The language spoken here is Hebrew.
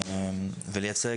ובאמת לייצג,